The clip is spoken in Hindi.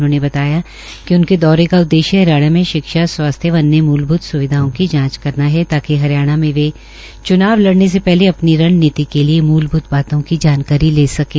उन्होंने बताया कि उनके दौरे का उद्देश्य हरियाणा शिक्षा स्वास्थ्य व अन्य मूलभूत स्विधाओं की जांच करना है ताकि हंरियाणा मे वे च्नाव लड़ने से पहले अपनी रणनीति के लिए मूलभूत बातों की जानकारी ले सकें